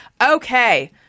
Okay